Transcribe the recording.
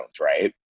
right